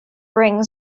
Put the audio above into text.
bring